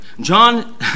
John